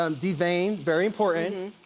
um de-veined. very important.